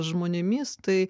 žmonėmis tai